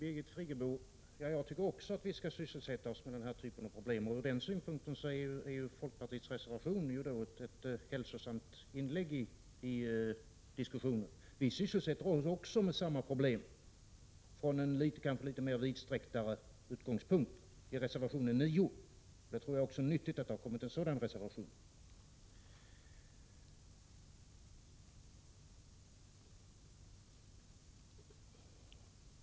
Herr talman! Jag tycker också, Birgit Friggebo, att vi skall syssla med den här typen av problem. Ur den synpunkten är folkpartiets reservation ett hälsosamt inslag i diskussionen. Vi sysslar med samma problem, kanske från en mera vidsträckt utgångspunkt, i reservationen 9. Jag tror att det är nyttigt att det har avgivits även en sådan reservation.